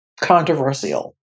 controversial